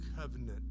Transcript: covenant